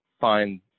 find